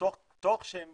תוך שהם